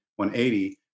180